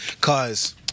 Cause